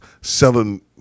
selling